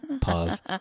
pause